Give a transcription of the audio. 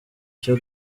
cyo